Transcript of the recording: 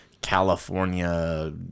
california